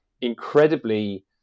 incredibly